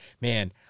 man